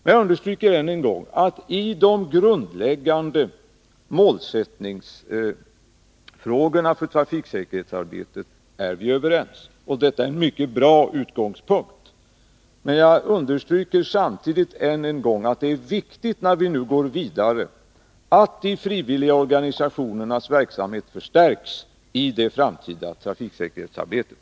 Jag understryker än en gång att i fråga om den grundläggande målsättningen för trafiksäkerhetsarbetet är vi överens, och detta är en mycket bra utgångspunkt. Men samtidigt är det viktigt, när vi nu går vidare, att de frivilliga organisationernas verksamhet förstärks i det framtida trafiksäkerhetsarbetet.